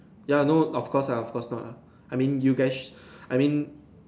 ya no of course lah of course not lah I mean you guys I mean